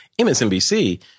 MSNBC